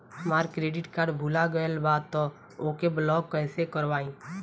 हमार credit card भुला गएल बा त ओके ब्लॉक कइसे करवाई?